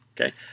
Okay